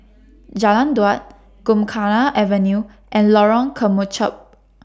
Jalan Daud Gymkhana Avenue and Lorong Kemunchup